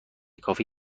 کافی